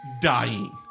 dying